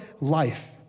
life